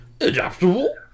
Adaptable